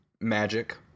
magic